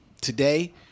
today